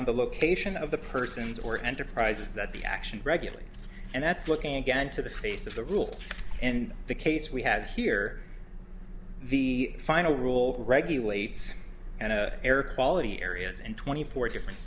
on the location of the persons or enterprises that the action regulates and that's looking again to the face of the rule and the case we have here the final rule regulates and air quality areas and twenty four different